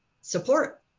support